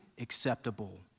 acceptable